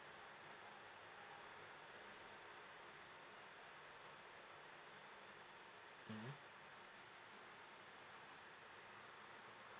mm